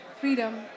Freedom